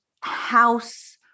house